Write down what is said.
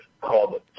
called